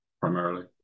primarily